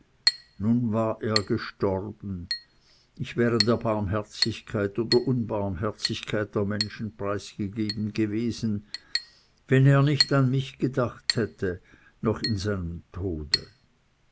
nun war er gestorben ich wäre der barmherzigkeit oder unbarmherzigkeit der menschen preisgegeben gewesen wenn er nicht an mich gedacht hätte noch vor seinem tode